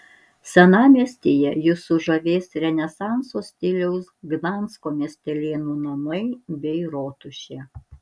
senamiestyje jus sužavės renesanso stiliaus gdansko miestelėnų namai bei rotušė